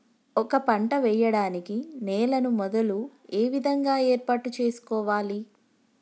ఒక పంట వెయ్యడానికి నేలను మొదలు ఏ విధంగా ఏర్పాటు చేసుకోవాలి?